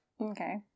Okay